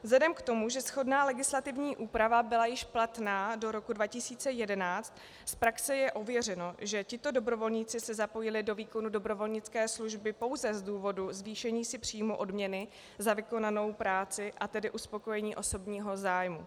Vzhledem k tomu, že shodná legislativní úprava byla již platná do roku 2011, z praxe je ověřeno, že tito dobrovolníci se zapojili do výkonu dobrovolnické služby pouze z důvodu zvýšení si příjmu odměny za vykonanou práci, a tedy uspokojení osobního zájmu.